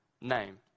name